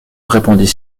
répondit